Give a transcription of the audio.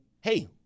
hey